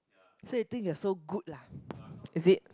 so you think you are so good lah is it